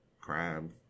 crab